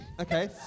Okay